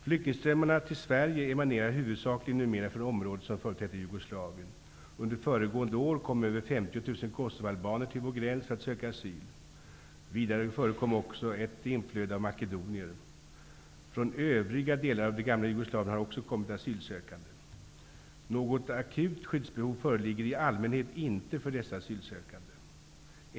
Flyktingströmmarna till Sverige emanerar huvudsakligen numera från området som förut hette Jugoslavien. Under föregående år kom över 50 000 kosovoalbaner till vår gräns för att söka asyl. Vidare förekom också ett inflöde av makedonier. Från övriga delar av det gamla Jugoslavien har också kommit asylsökande. Något akut skyddsbehov föreligger i allmänhet inte för dessa asylsökande.